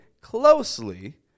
closely